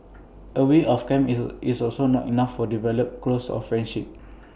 A week of camp is is also not enough for develop close all friendships